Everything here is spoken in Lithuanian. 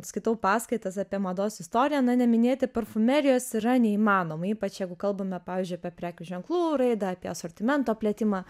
skaitau paskaitas apie mados istoriją na neminėti parfumerijos yra neįmanoma ypač jeigu kalbame pavyzdžiui apie prekių ženklų raidą asortimento plėtimą